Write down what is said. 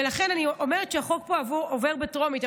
ולכן אני אומרת שהחוק פה עובר בטרומית,